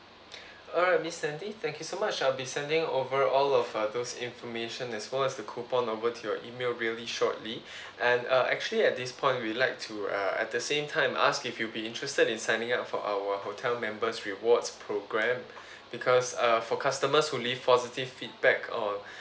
alright miss sandy thank you so much I'll be sending over all of uh those information as well as the coupon over to your email really shortly and uh actually at this point we like to uh at the same time ask if you'll be interested in signing up for our hotel members rewards programme because uh for customers who leave positive feedback or